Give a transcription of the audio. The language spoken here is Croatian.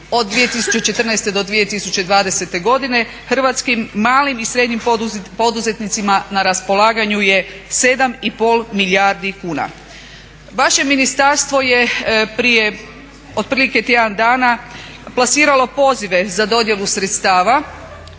od 2014.do 2020.godine hrvatskim malim i srednjim poduzetnicima na raspolaganju je 7,5 milijardi kuna. Vaše ministarstvo je prije otprilike tjedan dana plasiralo pozive za dodjelu sredstva